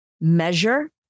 measure